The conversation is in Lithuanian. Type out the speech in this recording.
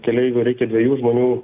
keleivių reikia dviejų žmonių